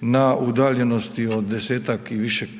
na udaljenosti od 10-ak i više 6